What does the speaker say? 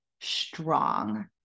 strong